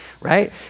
right